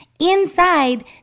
inside